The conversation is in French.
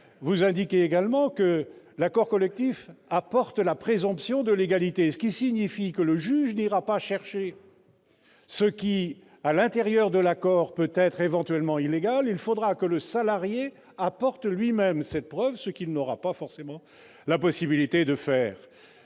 Vous indiquez également que l'accord collectif bénéficiera d'une présomption de légalité, ce qui signifie que le juge n'ira pas chercher ce qui, à l'intérieur de l'accord, peut être éventuellement illégal ; il faudra que le salarié apporte lui-même cette preuve, ce qu'il n'aura pas forcément la possibilité de faire.